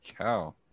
cow